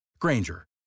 Granger